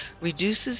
reduces